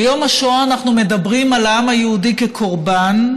ביום השואה אנחנו מדברים על העם היהודי כקורבן,